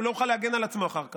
הוא לא יוכל להגן על עצמו אחר כך.